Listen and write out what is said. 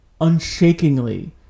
unshakingly